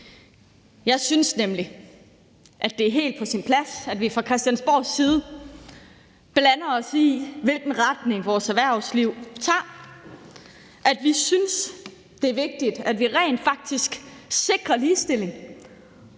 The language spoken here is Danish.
Jeg synes nemlig, at det er helt på sin plads, at vi fra Christiansborgs side blander os i, hvilken retning vores erhvervsliv tager, og at vi synes, det er vigtigt, at vi rent faktisk sikrer ligestilling.